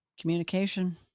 Communication